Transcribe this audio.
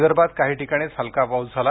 विदर्भात काही ठिकाणीच हलका पाउस झाला